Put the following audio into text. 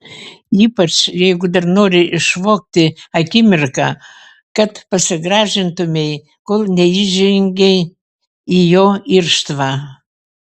ypač jeigu dar nori išvogti akimirką kad pasigražintumei kol neįžengei į jo irštvą